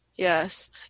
Yes